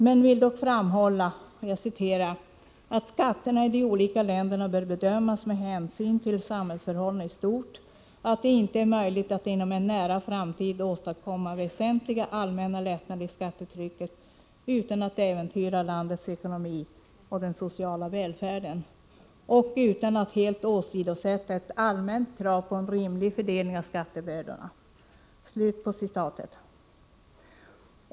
Men utskottet vill framhålla ”att skatterna i de olika länderna bör bedömas med hänsyn till samhällsförhållandena i stort, och att det inte är möjligt att inom en nära framtid åstadkomma väsentliga allmänna lättnader i skattetrycket utan att äventyra landets ekonomi och den sociala välfärden och utan att helt åsidosätta ett allmänt krav på en rimlig fördelning av skattebördorna”.